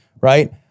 right